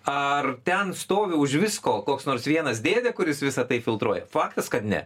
ar ten stovi už visko koks nors vienas dėdė kuris visa tai filtruoja faktas kad ne